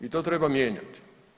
I to treba mijenjati.